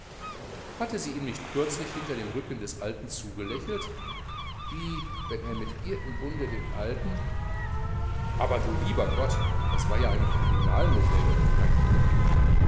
hatte sie ihm nicht kürzlich hinter dem rücken des alten zugelächelt wie wenn er mit ihr im bunde den alten aber duliebergott das war ja eine kriminalnovelle und kein coup